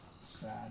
Sad